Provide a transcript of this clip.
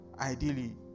ideally